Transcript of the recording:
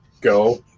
go